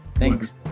Thanks